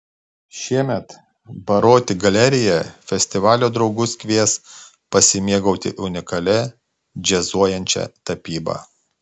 šiemet baroti galerija festivalio draugus kvies pasimėgauti unikalia džiazuojančia tapyba